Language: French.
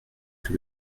que